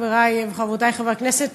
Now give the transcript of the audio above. חברי וחברותי חברי הכנסת,